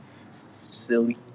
silly